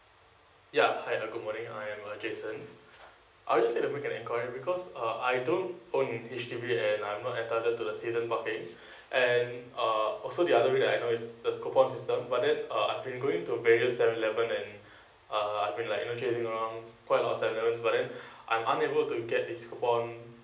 ya hi a good morning I am uh jason I just want to make a quick enquiry because uh I don't own a H_D_B and I'm not at to the season parking and uh also the other things that I know is the coupon system but then uh I've been going to various seven eleven and uh I've been like you know chasing around quite a lots of seven eleven but then I'm unable to get this coupon